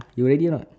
you ready or not